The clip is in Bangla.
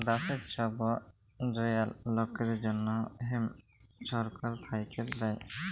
দ্যাশের ছব জয়াল লকদের জ্যনহে ছরকার থ্যাইকে দ্যায়